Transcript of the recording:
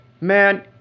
man